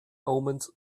omens